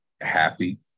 happy